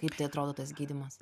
kaip tai atrodo tas gydymas